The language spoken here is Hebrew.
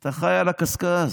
אתה חי על הקשקש.